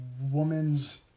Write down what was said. Woman's